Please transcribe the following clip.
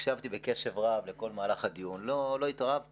והקשבתי בקשב רב לכל מהלך הדיון, לא התערבתי,